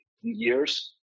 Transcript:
years